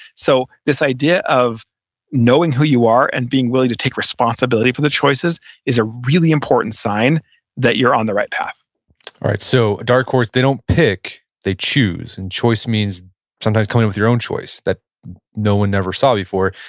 so this idea of knowing who you are and being willing to take responsibility for the choices is a really important sign that you're on the right path all right, so dark horse, they don't pick, they choose. and choice means sometimes coming up with your own choice that no one never saw before.